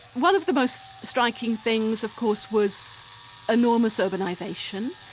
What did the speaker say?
one of the most striking things of course was enormous urbanisation.